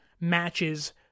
matches